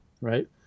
Right